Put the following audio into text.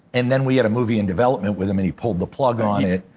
and then we had a movie in development with him and he pulled the plug on it.